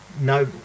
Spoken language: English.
no